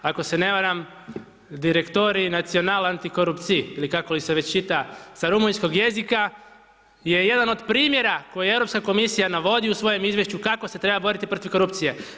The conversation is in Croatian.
Ako se ne varam Directia Nationala Anticoruptie ili kako li se već čita sa rumunjskog jezika je jedan od primjera koji Europska komisija navodi u svoj izvješću kako se treba boriti protiv korupcije.